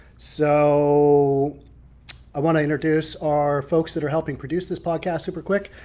so i want to introduce our folks that are helping produce this podcast super quick.